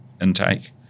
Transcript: intake